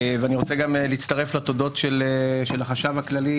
אני רוצה גם להצטרף לתודות של החשב הכללי